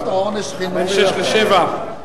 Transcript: בין 18:00 ל-19:00?